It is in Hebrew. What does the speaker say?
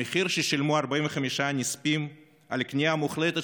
המחיר ששילמו 45 הנספים על הכניעה המוחלטת